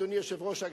גברתי היושבת-ראש.